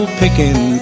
picking